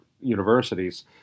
universities